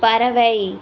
பறவை